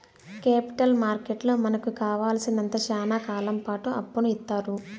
capital మార్కెట్లో మనకు కావాలసినంత శ్యానా కాలంపాటు అప్పును ఇత్తారు